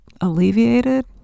alleviated